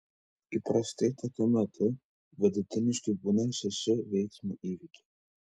įprastai tokiu metu vidutiniškai būna šeši eismo įvykiai